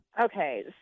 Okay